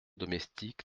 domestique